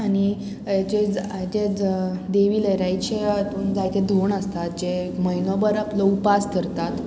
आनी हेचे हेचेच देवी लहराईचे हातूंत जायते धोंड आसतात जे म्हयनोभर आपलो उपास धरतात